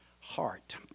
heart